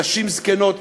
נשים זקנות,